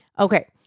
Okay